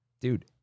dude